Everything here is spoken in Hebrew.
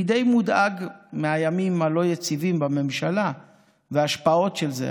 אני די מודאג מהימים הלא-יציבים בממשלה וההשפעות של זה,